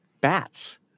Bats